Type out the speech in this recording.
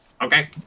Okay